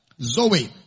Zoe